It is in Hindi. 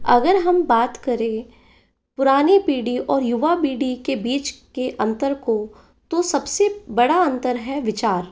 अगर हम बात करें पुरानी पीढ़ी और युवा पीढ़ी के बीच के अंतर को तो सबसे बड़ा अंतर है विचार